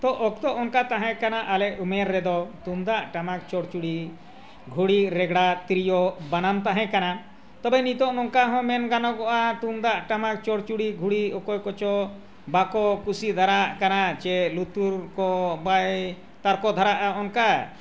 ᱛᱚ ᱚᱠᱛᱚ ᱚᱱᱠᱟ ᱛᱟᱦᱮᱸ ᱠᱟᱱᱟ ᱟᱞᱮ ᱩᱢᱮᱨ ᱨᱮᱫᱚ ᱛᱩᱢᱫᱟᱜ ᱴᱟᱢᱟᱠ ᱪᱚᱲᱪᱚᱲᱤ ᱜᱷᱩᱲᱤ ᱨᱮᱜᱽᱲᱟ ᱛᱤᱨᱭᱳ ᱵᱟᱱᱟᱢ ᱛᱟᱦᱮᱸ ᱠᱟᱱᱟ ᱛᱚᱵᱮ ᱱᱤᱛᱳᱜ ᱱᱚᱝᱠᱟ ᱦᱚᱸ ᱢᱮᱱ ᱜᱟᱱᱚᱜᱚᱜᱼᱟ ᱛᱩᱢᱫᱟᱜ ᱴᱟᱢᱟᱠ ᱪᱚᱲᱪᱚᱲᱤ ᱜᱷᱩᱲᱤ ᱚᱠᱚᱭ ᱠᱚᱪᱚ ᱵᱟᱠᱚ ᱠᱩᱥᱤ ᱫᱷᱟᱨᱟᱣᱟᱜ ᱠᱟᱱᱟ ᱥᱮ ᱞᱩᱛᱩᱨ ᱠᱚ ᱵᱟᱭ ᱛᱟᱨᱠᱚ ᱫᱷᱟᱨᱟᱜᱼᱟ ᱚᱱᱠᱟ